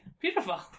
Beautiful